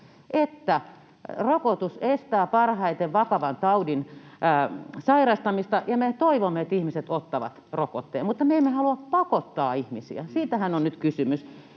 että rokotus estää parhaiten vakavan taudin sairastamista, ja me toivomme, että ihmiset ottavat rokotteen, mutta me emme halua pakottaa ihmisiä, siitähän on nyt kysymys.